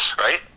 Right